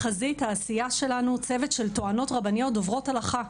בחזית העשייה שלנו צוות של טוענות רבניות דוברות הלכה,